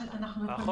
31(ב)(1)(ב) או 31(ב)(1)(ג)